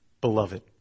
beloved